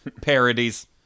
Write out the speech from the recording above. parodies